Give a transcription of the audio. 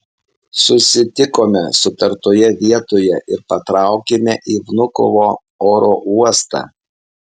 susitikome sutartoje vietoje ir patraukėme į vnukovo oro uostą